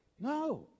No